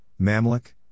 Mamluk